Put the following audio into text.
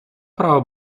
права